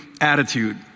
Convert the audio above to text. attitude